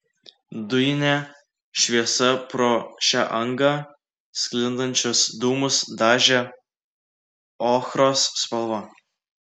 dujinė šviesa pro šią angą sklindančius dūmus dažė ochros spalva